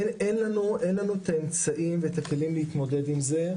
אין לנו את האמצעים ואת הכלים להתמודד עם זה.